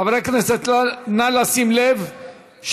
חברי הכנסת נא לשים לב,